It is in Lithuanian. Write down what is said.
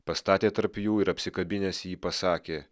pastatė tarp jų ir apsikabinęs jį pasakė